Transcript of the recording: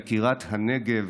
יקירת הנגב,